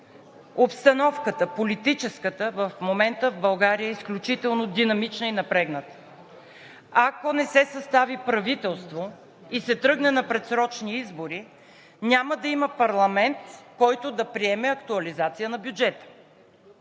Политическата обстановка в момента в България е изключително динамична и напрегната. Ако не се състави правителство и се тръгне на предсрочни избори, няма да има парламент, който да приеме актуализация на бюджета.